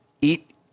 eat